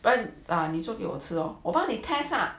but 你做给我吃 lor 我帮你 test ah